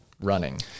running